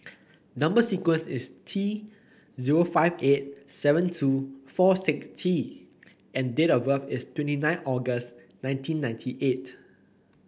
number sequence is T zero five eight seven two four six T and date of birth is twenty nine August nineteen ninety eight